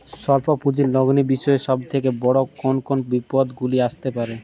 স্বল্প পুঁজির লগ্নি বিষয়ে সব থেকে বড় কোন কোন বিপদগুলি আসতে পারে?